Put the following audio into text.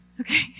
Okay